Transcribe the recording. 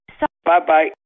Bye-bye